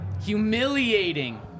humiliating